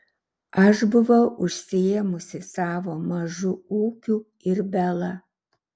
aš buvau užsiėmusi savo mažu ūkiu ir bela